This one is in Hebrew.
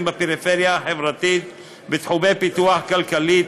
בפריפריה החברתית בתחומי הפיתוח הכלכלי,